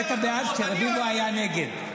נהיית בעד כשרביבו היה נגד.